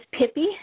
Pippi